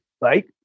right